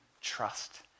trust